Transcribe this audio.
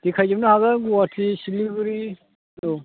देखायजोबनो हागोन गुवाहाटि सिलिगुरि औ